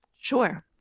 Sure